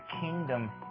kingdom